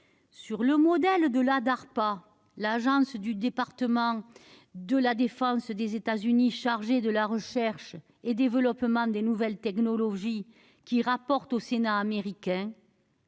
Sur le modèle de la Darpa (), l'agence du département de la défense des États-Unis chargée de la recherche et du développement des nouvelles technologies qui rend des comptes au Sénat américain,